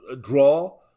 draw